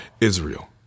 Israel